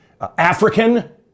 African